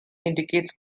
indicates